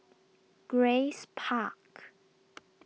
Grace Park